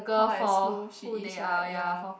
her as who she is right ya